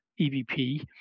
EVP